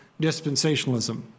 dispensationalism